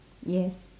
yes